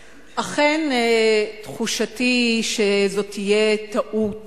אכן, תחושתי שזו תהיה טעות